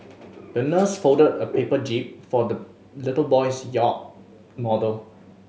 the nurse folded a paper jib for the little boy's yacht model